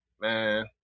man